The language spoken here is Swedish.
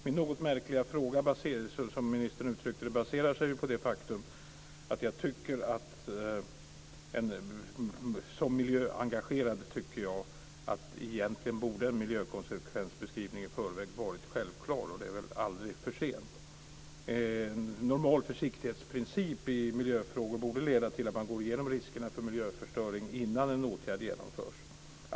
Min något märkliga fråga, som ministern uttryckte det, baserar sig på det faktum att jag som miljöengagerad tycker att en miljökonsekvensbeskrivning i förväg egentligen borde varit självklar. Det är väl aldrig för sent. Normal försiktighetsprincip i miljöfrågor borde leda till att man går igenom riskerna för miljöförstöring innan en åtgärd genomförs.